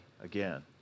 again